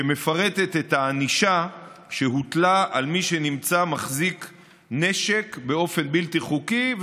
שמפרטת את הענישה שהוטלה על מי שנמצא מחזיק נשק באופן בלתי חוקי,